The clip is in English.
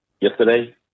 yesterday